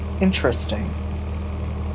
Interesting